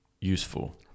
useful